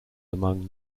among